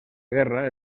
guerra